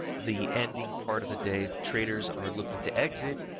the ending part of the day, traders are looking to exit.